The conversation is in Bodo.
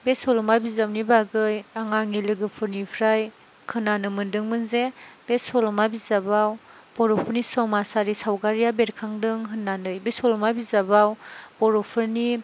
बे सल'मा बिजाबनि बागै आं आंनि लोगोफोरनिफ्राय खोनानो मोनदोंमोन जे बे सल'मा बिजाबाव बर'फोरनि समाजआरि सावगारिया बेरखांदों होननानै बे सल'मा बिजाबाव बर'फोरनि